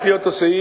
לפי אותו סעיף,